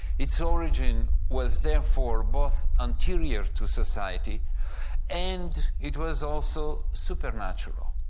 its origin was therefore both anterior to society and it was also supernatural.